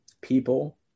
people